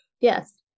Yes